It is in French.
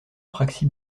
praxi